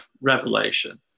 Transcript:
Revelation